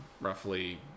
roughly